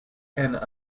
and